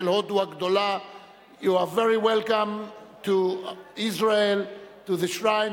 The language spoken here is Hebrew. אני קובע שהצעת החוק של אורי אריאל בעניין חוק דמי מחלה (היעדרות עקב